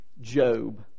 Job